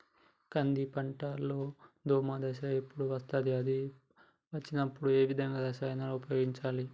కంది పంటలో దోమ దశ ఎప్పుడు వస్తుంది అది వచ్చినప్పుడు ఏ విధమైన రసాయనాలు ఉపయోగించాలి?